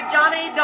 Johnny